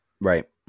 Right